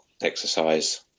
exercise